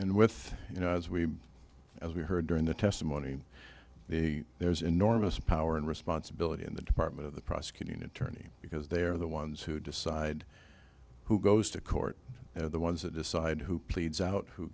and with you know as we as we heard during the testimony the there's enormous power and responsibility in the department of the prosecuting attorney because they are the ones who decide who goes to court you know the ones that decide who pleads out who